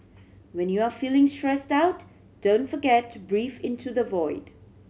when you are feeling stressed out don't forget to breathe into the void